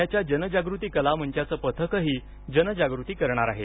पुण्याच्या जनजागृती कला मंचाचं पथकही जनजागृती करणार आहे